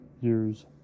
years